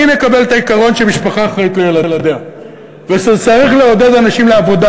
אני מקבל את העיקרון שמשפחה אחראית לילדיה ושצריך לעודד אנשים לעבודה,